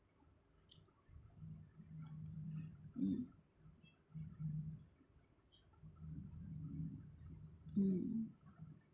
mm mm